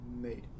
Made